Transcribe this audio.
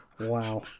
Wow